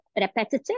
repetitive